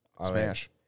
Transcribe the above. smash